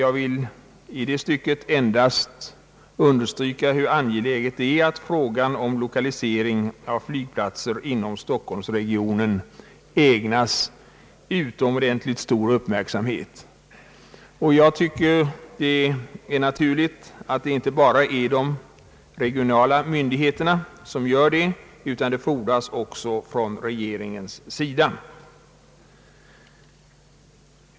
Jag vill i det stycket endast understryka, hur angeläget det är att frågan om lokalisering av flygplatser inom stockholmsregionen ägnas avsevärt större uppmärksamhet. Jag tycker att kravet på denna uppmärksamhet bör gälla såväl de regionala myndigheterna som regeringen.